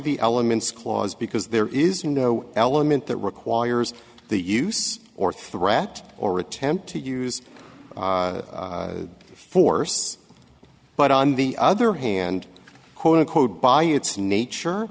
the elements clause because there is no element that requires the use or threat or attempt to use force but on the other hand quote unquote by its nature